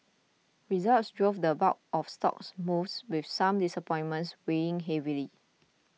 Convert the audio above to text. results drove the bulk of stock moves with some disappointments weighing heavily